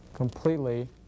completely